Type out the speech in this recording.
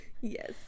Yes